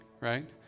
right